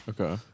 Okay